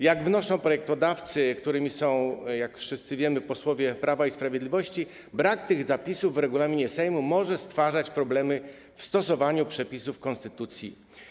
Jak wnoszą projektodawcy, którymi są - jak wszyscy wiemy - posłowie Prawa i Sprawiedliwości, brak tych zapisów w regulaminie Sejmu może stwarzać problemy w stosowaniu przepisów konstytucji.